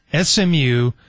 SMU